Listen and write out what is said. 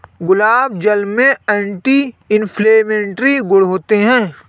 गुलाब जल में anti inflammatory गुण होते हैं